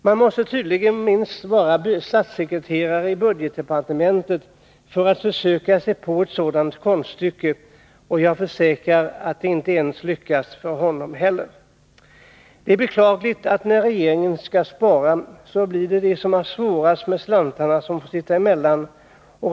Man måste tydligen minst vara statssekreterare i budgetdepartementet för att försöka sig på ett sådant konststycke. Jag försäkrar att det inte skulle lyckas för honom heller. Det är beklagligt att det när regeringen skall spara blir de som har det svårast med slantarna som får sitta emellan.